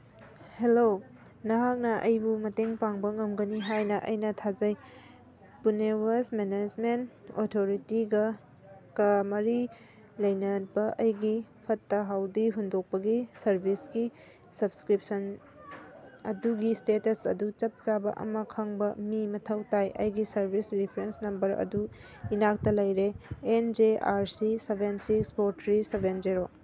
hello ꯅꯍꯥꯛꯅ ꯑꯩꯕꯨ ꯃꯇꯦꯡ ꯄꯥꯡꯕ ꯉꯝꯒꯅꯤ ꯍꯥꯏꯅ ꯑꯩꯅ ꯊꯥꯖꯩ ꯄꯨꯅꯦ ꯋꯦꯁ ꯃꯦꯅꯦꯖꯃꯦꯟ ꯑꯣꯊꯣꯔꯤꯇꯤꯒ ꯀ ꯃꯔꯤ ꯂꯩꯅꯕ ꯑꯩꯒꯤ ꯐꯠꯇ ꯍꯥꯎꯗꯤ ꯍꯨꯟꯗꯣꯛꯄꯒꯤ ꯁꯥꯔꯚꯤꯁꯀꯤ ꯁꯞꯁꯀ꯭ꯔꯤꯞꯁꯟ ꯑꯗꯨꯒꯤ ꯏꯁꯇꯦꯇꯁ ꯑꯗꯨ ꯆꯞ ꯆꯥꯕ ꯑꯃ ꯈꯪꯕ ꯃꯤ ꯃꯊꯧ ꯇꯥꯏ ꯑꯩꯒꯤ ꯁꯔꯚꯤꯁ ꯔꯤꯐ꯭ꯔꯦꯟꯁ ꯅꯝꯕꯔ ꯑꯗꯨ ꯏꯅꯥꯛꯇ ꯂꯩꯔꯦ N J R C seven six four three seven zero